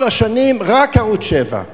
כל השנים רק ערוץ-7.